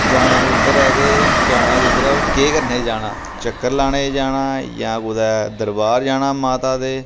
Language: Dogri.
जाना कुद्धर ऐ ते जाना कुद्धर ऐ होर केह् करने ई जाना चक्कर लाने गी जाना जां कुतै दरबार जाना माता दे